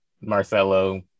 Marcelo